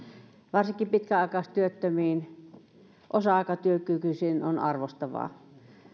varsinkin pitkäaikaistyöttömiin osa aikatyökykyisiin on arvostavaa